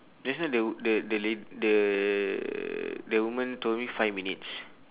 just now the the the la~ the the woman told me five minutes